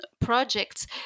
projects